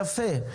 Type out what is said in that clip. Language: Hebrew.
יפה.